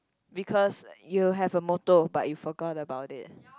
because you have a motto but you forgot about it